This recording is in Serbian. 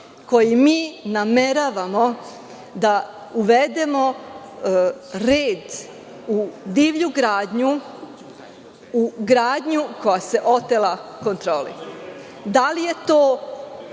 kojim mi nameravamo da uvedemo red u divlju gradnju, u gradnju koja se otela kontroli? Da li je to